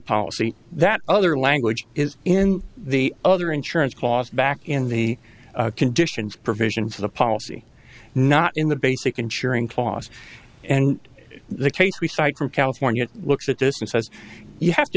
policy that other language is in the other insurance cost back in the conditions provisions of the policy not in the basic insuring clause and the case we cite from california looks at this and says you have to